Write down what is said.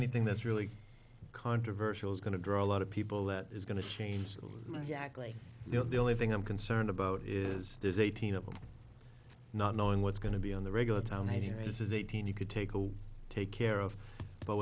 anything that's really controversial is going to draw a lot of people that is going to change my jackley you know the only thing i'm concerned about is there's eighteen of them not knowing what's going to be on the regular town here is eighteen you could take a take care of but